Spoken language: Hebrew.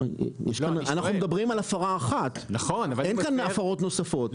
אנחנו מדברים על הפרה אחת, אין כאן הפרות נוספות.